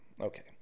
Okay